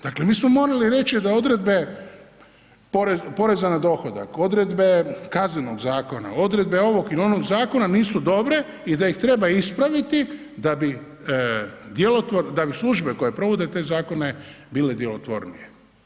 Dakle, mi smo morali reći da odredbe poreza na dohodak, odredbe Kaznenog zakona, odredbe ovog ili onog zakona nisu dobre i da ih treba ispraviti da bi službe koje provode te zakone bile djelotvornije.